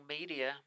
media